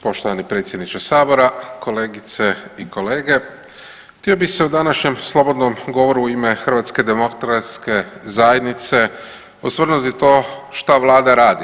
Poštovani predsjedniče sabora, kolegice i kolege, htio bih se u današnjem slobodnom govoru u ime HDZ-a osvrnuti to šta vlada radi.